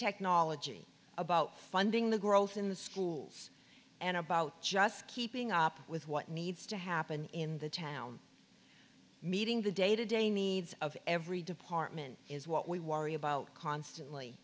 technology about funding the growth in the schools and about just keeping up with what needs to happen in the town meeting the day to day needs of every department is what we worry about constantly